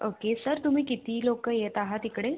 okay sir तुम्ही किती लोक येत आहात इकडे